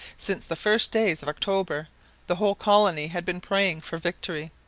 since the first days of october the whole colony had been praying for victory.